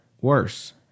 worse